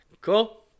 cool